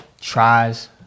tries